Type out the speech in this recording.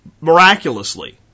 miraculously